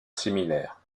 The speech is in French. similaire